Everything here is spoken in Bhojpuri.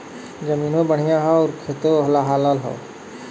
जमीनों बढ़िया हौ आउर खेतो लहलहात हौ